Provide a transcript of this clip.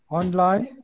online